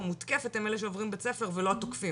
או מותקפת הם אלה שעוברים בית ספר ולא התוקפים.